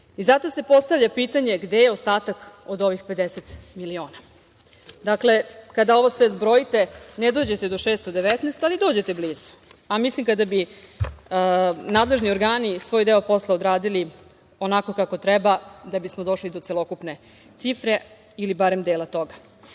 Zato se postavlja pitanje gde je ostatak od ovih 50 miliona? Dakle, kada ovo sve zbrojite ne dođete do 619, ali dođete blizu. Mislim kada bi nadležni organi svoj deo posla odradili onako kako treba da bismo došli do celokupne cifre ili barem dela toga. Lovac